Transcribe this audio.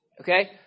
Okay